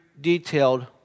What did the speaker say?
detailed